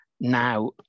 now